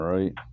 Right